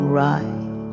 right